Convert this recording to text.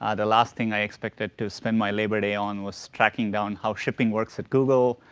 and last thing i expected to spend my labor day on was tracking down how shipping works at google,